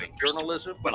journalism